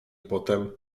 potem